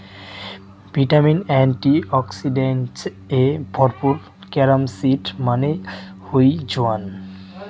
vitamin, antioxidants এ ভরপুর carrom seed মানে হই জোয়ান